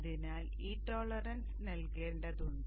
അതിനാൽ ഈ ടോളറൻസ് നൽകേണ്ടതുണ്ട്